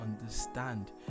understand